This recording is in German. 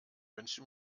wünsche